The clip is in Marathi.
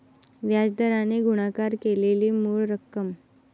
व्याज दराने गुणाकार केलेली मूळ रक्कम